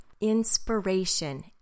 inspiration